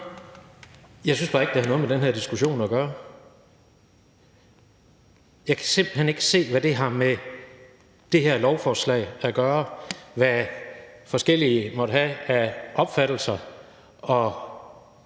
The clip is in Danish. Jeg synes bare ikke, det har noget med den her diskussion at gøre. Jeg kan simpelt hen ikke se, hvad det har med det her lovforslag at gøre, hvad nogle forskellige måtte have af opfattelser og meninger